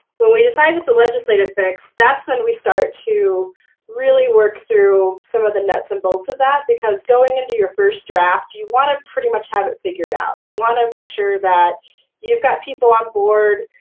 when we decided it's a legislative fix, that's when we start to really work through some of the nuts and bolts of that, because going into your first draft, you want to pretty much have it figured out. you want to make sure that you've got people on board,